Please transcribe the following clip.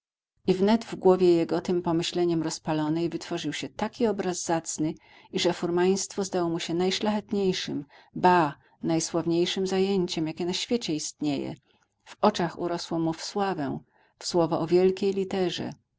wnet w głowie jego tym pomyśleniem rozpalonej wytworzył się taki obraz zacny iże furmaństwo zdało mu się najszlachetniejszym ba najsławniejszym zajęciem jakie na świecie istnieje w oczach urosło mu w sławę w słowo o wielkiej literze